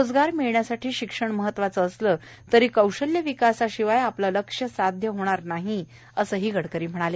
रोजगार मिळण्यासाठी शिक्षण महत्वाचं असलं तरी कौशल्य विकासाशिवाय आपलं लक्ष्य साध्य होणार होणार नाही असंही गडकरी म्हणाले